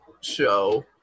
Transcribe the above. show